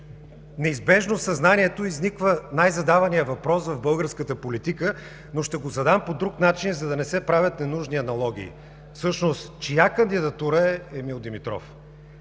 неизбежно в съзнанието изниква най-задаваният въпрос в българската политика, но ще го задам по друг начин, за да не се правят ненужни аналогии: всъщност чия кандидатура е Емил Димитров?